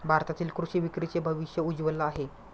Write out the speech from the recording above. भारतातील कृषी विक्रीचे भविष्य उज्ज्वल आहे